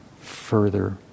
further